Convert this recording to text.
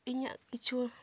ᱤᱧᱟᱹᱜ ᱠᱤᱪᱷᱩ